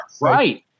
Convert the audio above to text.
Right